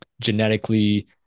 genetically